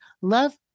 Love